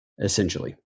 essentially